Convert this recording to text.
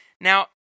Now